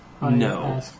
No